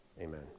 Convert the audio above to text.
amen